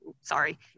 Sorry